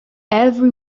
every